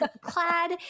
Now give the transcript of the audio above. clad